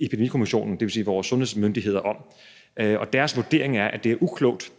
Epidemikommissionen, dvs. vores sundhedsmyndigheder, om, og deres vurdering er, at det er uklogt